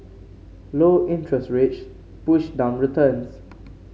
low interest rates push down returns